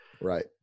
Right